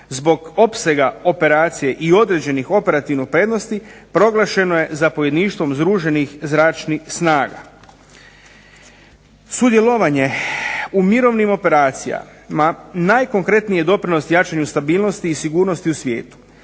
zbog opsega operacije i određenih operativnih prednosti proglašeno je zapovjedništvom združenih zračnih snaga. Sudjelovanje u mirovnim operacijama najkonkretniji je doprinos jačanju stabilnosti i sigurnosti u svijetu.